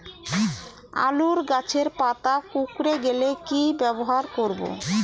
আলুর গাছের পাতা কুকরে গেলে কি ব্যবহার করব?